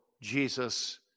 Jesus